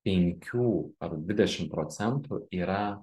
penkių ar dvidešim procentų yra